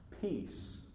Peace